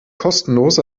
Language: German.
kostenlos